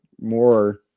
more